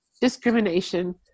discrimination